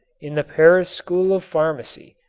in the paris school of pharmacy,